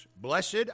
blessed